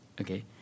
okay